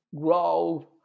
grow